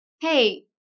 hey